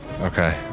Okay